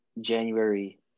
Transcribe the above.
January